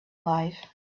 life